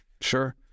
Sure